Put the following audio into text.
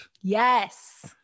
Yes